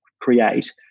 create